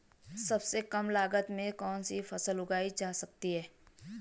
सबसे कम लागत में कौन सी फसल उगाई जा सकती है